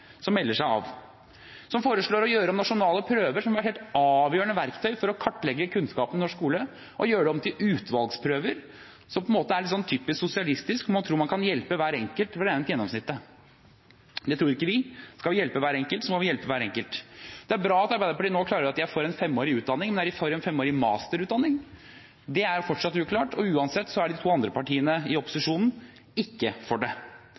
som melder seg ut – som foreslår å gjøre om nasjonale prøver, som er et helt avgjørende verktøy for å kartlegge kunnskapen i norsk skole, til utvalgsprøver. Det er på en måte litt typisk sosialistisk. Man tror man kan hjelpe hver enkelt ved å regne ut gjennomsnittet. Det tror ikke vi. Skal vi hjelpe hver enkelt, må vi hjelpe hver enkelt. Det er bra at Arbeiderpartiet nå klargjør at de er for en femårig utdanning. Men er de for en femårig masterutdanning? Det er fortsatt uklart. Uansett er de to andre partiene i opposisjonen ikke for det.